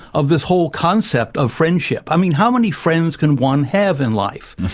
of this whole concept of friendship, i mean how many friends can one have in life?